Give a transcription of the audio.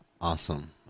Awesome